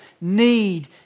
need